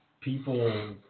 people